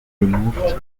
removed